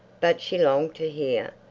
but she longed to hear.